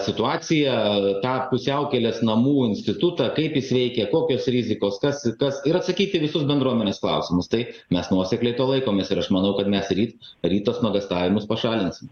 situaciją tą pusiaukelės namų institutą kaip jis veikė kokios rizikos kas kas ir atsakyti visus bendruomenės klausimus taip mes nuosekliai to laikomės ir aš manau kad mes ryt ryto nuogąstavimus pašalins